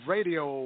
Radio